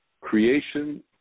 creation